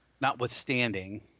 notwithstanding